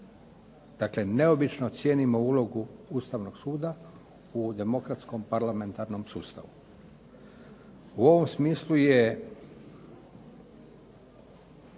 Dakle, neobično cijenimo ulogu Ustavnog suda u demokratskom parlamentarnom sustavu. U ovom smislu je